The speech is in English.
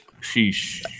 sheesh